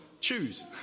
Choose